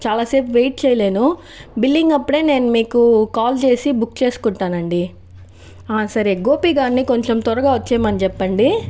చాలాసేపు వెయిట్ చేయలేను బిల్లింగ్ అప్పుడే నేను మీకు కాల్ చేసి బుక్ చేసుకుంటానండి సరే గోపి గారిని కొంచెం త్వరగా వచ్చేయమని చెప్పండి